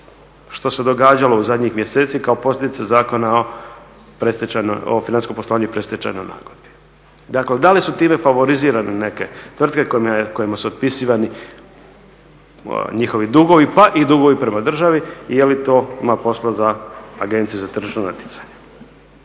što se događalo u zadnjih mjeseci kao posljedica Zakona o financijskom poslovanju i predstečajnoj nagodbi. Dakle, da li su time favorizirane neke tvrtke kojima su otpisivani njihovi dugovi pa i dugovi prema državi i je li to ima posla za Agenciju za tržišno natjecanje.